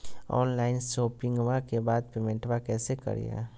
Online शोपिंग्बा के बाद पेमेंटबा कैसे करीय?